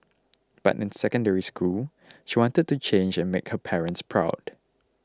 but in Secondary School she wanted to change and make her parents proud